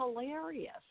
hilarious